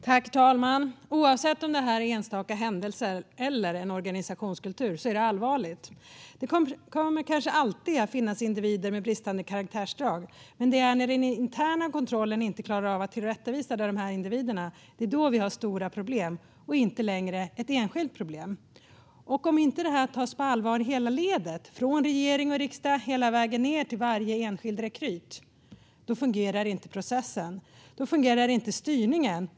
Herr talman! Oavsett om det här gäller enstaka händelser eller en organisationskultur är det allvarligt. Det kommer kanske alltid att finnas individer med bristande karaktärsdrag. Men det är när den interna kontrollen inte klarar av att tillrättavisa de individerna som vi har stora problem och inte längre ett enskilt problem. Om det här inte tas på allvar genom hela ledet, från regering och riksdag hela vägen ned till varje enskild rekryt, fungerar inte processen. Då fungerar inte styrningen.